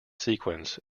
sequence